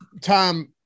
Tom